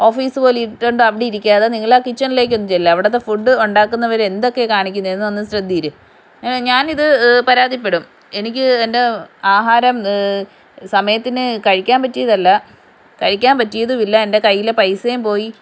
office പോലെ ഇട്ട് കൊണ്ട് അവിടെ ഇരിക്കാതെ നിങ്ങൾ ആ കിച്ചണിലേക്കൊന്ന് ചെല്ലൂ അവിടത്തെ ഫുഡ് ഉണ്ടാക്കുന്നവർ എന്തൊക്കെയാണ് കാണിക്കുന്നതെന്ന് ഒന്ന് ശ്രദ്ധീര് ഞാൻ ഇത് പരാതിപ്പെടും എനിക്ക് എൻ്റെ ആഹാരം സമയത്തിന് കഴിക്കാൻ പറ്റിയതല്ല കഴിക്കാൻ പറ്റിയതും ഇല്ല എൻ്റെ കയ്യിലെ പൈസയും പോയി